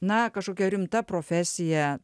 na kažkokia rimta profesija